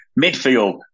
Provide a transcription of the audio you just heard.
Midfield